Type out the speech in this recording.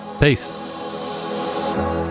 Peace